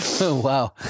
Wow